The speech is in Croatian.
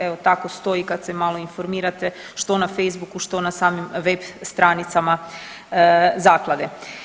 Evo, tako stoji kad se malo informirate što na Facebooku, što na samim web stranicama Zaklade.